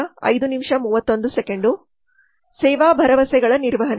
ಸೇವಾ ಭರವಸೆಗಳ ನಿರ್ವಹಣೆ